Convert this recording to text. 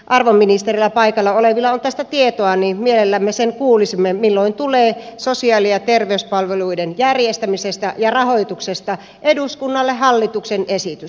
jos paikalla olevilla arvon ministereillä on tästä tietoa niin mielellämme sen kuulisimme milloin tulee sosiaali ja terveyspalveluiden järjestämisestä ja rahoituksesta eduskunnalle hallituksen esitys